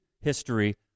History